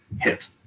hit